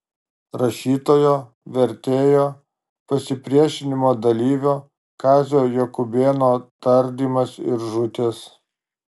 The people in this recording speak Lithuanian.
rašytojo vertėjo pasipriešinimo dalyvio kazio jakubėno tardymas ir žūtis